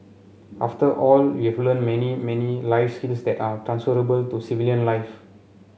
after all you've learnt many many life that are transferable to civilian life